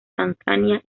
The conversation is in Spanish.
tanzania